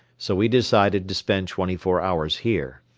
so we decided to spend twenty-four hours here.